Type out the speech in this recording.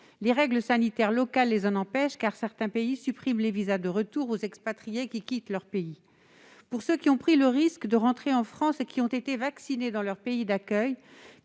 Les règles sanitaires locales les en empêchent, certains pays supprimant les visas de retour des expatriés qui quittent le pays. Pour ceux qui ont pris le risque de rentrer en France et qui ont été vaccinés dans leur pays d'accueil,